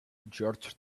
george